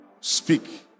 Speak